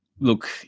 Look